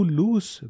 lose